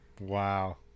Wow